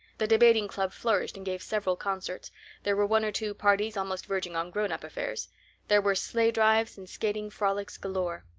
the debating club flourished and gave several concerts there were one or two parties almost verging on grown-up affairs there were sleigh drives and skating frolics galore.